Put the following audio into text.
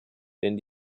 denn